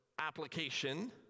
application